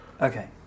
okay